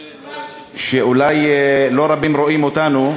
אולי לא רבים רואים אותנו,